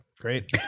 Great